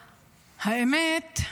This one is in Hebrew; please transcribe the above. האמת,